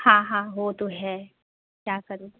हाँ हाँ वो तो है क्या करें